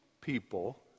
people